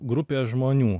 grupės žmonių